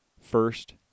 first